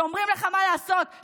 שאומרים לך מה לעשות,